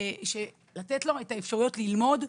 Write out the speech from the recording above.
לתת לו את האפשרויות ללמוד,